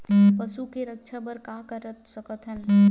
पशु के रक्षा बर का कर सकत हन?